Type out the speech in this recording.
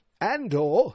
Andor